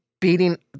beating